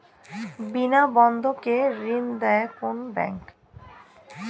বিনা বন্ধকে ঋণ দেয় কোন ব্যাংক?